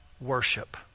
worship